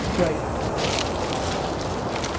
right. working in radio i can't believe